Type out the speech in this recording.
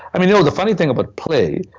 i mean, you know, the funny thing about play,